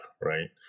right